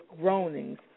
groanings